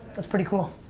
that's pretty cool.